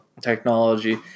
technology